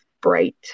bright